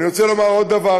אני רוצה להגיד עוד דבר,